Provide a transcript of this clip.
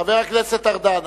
חבר הכנסת ארדן.